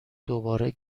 دوباره